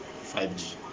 5G